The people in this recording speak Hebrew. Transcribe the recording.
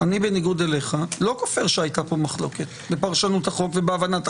לא כופר שהייתה פה מחלוקת בפרשנות החוק ובהבנתו.